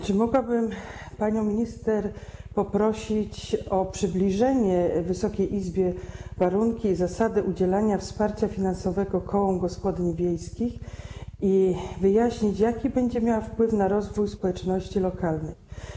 Czy mogłabym panią minister poprosić o przybliżenie Wysokiej Izbie warunków i zasad udzielania wsparcia finansowego kołom gospodyń wiejskich i wyjaśnienie, jaki będzie miało to wpływ na rozwój społeczności lokalnej?